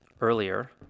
earlier